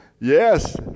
yes